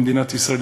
במדינת ישראל,